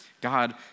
God